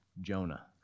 Jonah